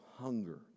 hunger